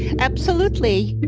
absolutely!